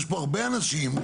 יש פה הרבה אנשים,